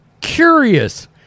curious